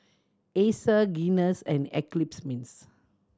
Acer Guinness and Eclipse Mints